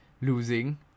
Losing